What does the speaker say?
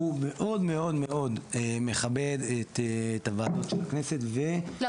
הוא מאוד מאוד מאוד מכבד את הוועדות של הכנסת --- לא,